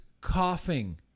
coughing